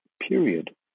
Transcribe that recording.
period